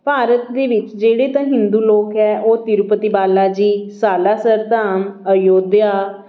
ਭਾਰਤ ਦੇ ਵਿੱਚ ਜਿਹੜੇ ਤਾਂ ਹਿੰਦੂ ਲੋਕ ਹੈ ਉਹ ਤਿਰੂਪਤੀ ਬਾਲਾ ਜੀ ਸਾਲਾ ਸਰਧਾਮ ਅਯੋਧਿਆ